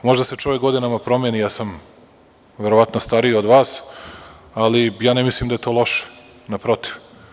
Možda se čovek godinama promeni, ja sam verovatno stariji od vas, ali ja ne mislim da je to loše, naprotiv.